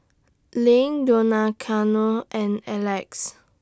LINK Donaciano and Alex